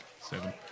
seven